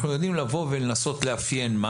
אנחנו יודעים לבוא ולנסות לאפיין מה